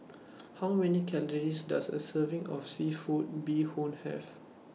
How Many Calories Does A Serving of Seafood Bee Hoon Have